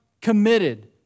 committed